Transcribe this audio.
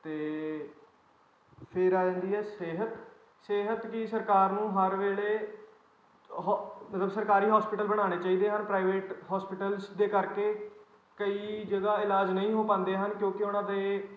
ਅਤੇ ਫਿਰ ਆ ਜਾਂਦੀ ਹੈ ਸਿਹਤ ਸਿਹਤ ਕੀ ਸਰਕਾਰ ਨੂੰ ਹਰ ਵੇਲੇ ਹੋ ਮਤਲਬ ਸਰਕਾਰੀ ਹੋਸਪਿਟਲ ਬਣਾਉਣੇ ਚਾਹੀਦੇ ਹਨ ਪ੍ਰਾਈਵੇਟ ਹੋਸਪਿਟਲਸ ਦੇ ਕਰਕੇ ਕਈ ਜਗ੍ਹਾ ਇਲਾਜ ਨਹੀਂ ਹੋ ਪਾਉਂਦੇ ਹਨ ਕਿਉਂਕਿ ਉਹਨਾਂ ਦੇ